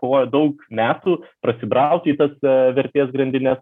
kovojo daug metų prasibrauti į tas vertės grandines